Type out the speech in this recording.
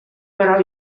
però